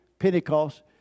pentecost